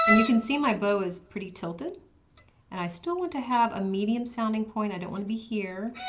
and you can see my bow is pretty tilted and i still want to have a medium sounding point, i don't want to be here.